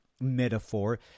metaphor